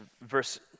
verse